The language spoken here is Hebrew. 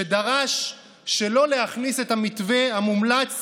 שדרש שלא להכניס את המתווה המומלץ